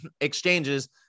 exchanges